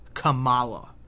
...Kamala